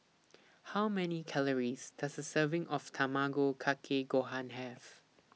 How Many Calories Does A Serving of Tamago Kake Gohan Have